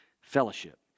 fellowship